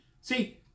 See